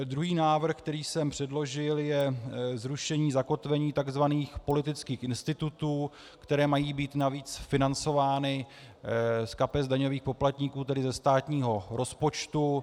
Druhý návrh, který jsem předložil, je zrušení zakotvení tzv. politických institutů, které mají být navíc financovány z kapes daňových poplatníků, tedy ze státního rozpočtu.